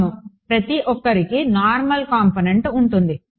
అవును ప్రతి ఒక్కరికీ నార్మల్ కాంపొనెంట్ ఉంటుంది